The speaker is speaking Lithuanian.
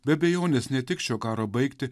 be abejonės ne tik šio karo baigtį